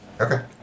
Okay